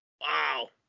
Wow